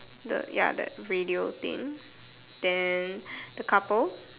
the ya that radio thing then the couple